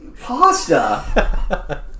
Pasta